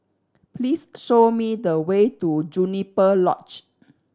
please show me the way to Juniper Lodge